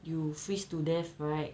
you freeze to death right